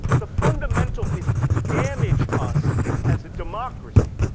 the fundamental is to damage us as a democracy.